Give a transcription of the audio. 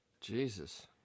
jesus